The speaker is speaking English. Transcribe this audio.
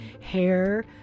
hair